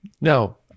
no